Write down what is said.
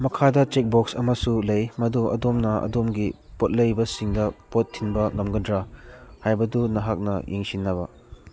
ꯃꯈꯥꯗ check box ꯑꯃꯁꯨ ꯂꯩ ꯃꯗꯨ ꯑꯗꯣꯝꯅ ꯑꯗꯣꯝꯒꯤ ꯄꯣꯠ ꯂꯩꯕꯁꯤꯡꯗ ꯄꯣꯠ ꯊꯤꯟꯕ ꯉꯝꯒꯗ꯭ꯔ ꯍꯥꯏꯕꯗꯨ ꯅꯍꯥꯛꯅ ꯌꯦꯡꯁꯤꯟꯅꯕ